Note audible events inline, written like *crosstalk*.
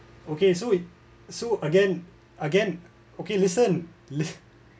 okay so it so again again okay listen li~ *laughs*